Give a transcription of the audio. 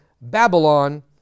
Babylon